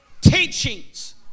teachings